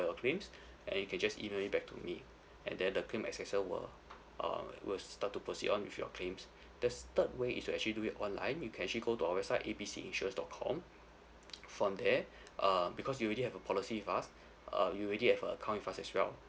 for your claims and you can just email it back to me and then the claim assessor will uh will start to proceed on with your claims there's third way is you actually do it online you can actually go to our website A B C insurance dot com from there um because you already have a policy with us err you already have a account with us as well